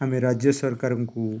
ଆମେ ରାଜ୍ୟ ସରକାରଙ୍କୁ